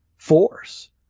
Force